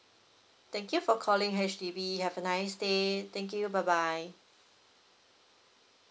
thank you for calling H_D_B have a nice day thank you bye bye